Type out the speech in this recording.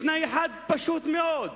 בתנאי אחד פשוט מאוד,